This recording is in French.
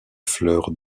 fleurs